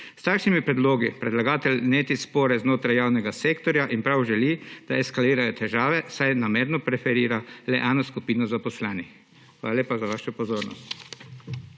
S takšnimi predlogi predlagatelj neti spore znotraj javnega sektorja in prav želi, da eskalirajo težave, saj namerno preferira le eno skupino zaposlenih. Hvala lepa za vašo pozornost.